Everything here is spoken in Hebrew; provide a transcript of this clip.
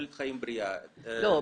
לא,